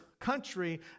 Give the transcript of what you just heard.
country